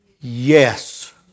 Yes